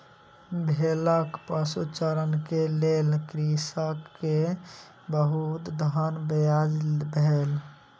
भेड़क पशुचारण के लेल कृषक के बहुत धन व्यय भेल